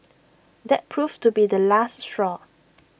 that proved to be the last straw